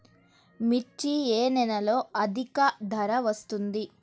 మిర్చి ఏ నెలలో అధిక ధర వస్తుంది?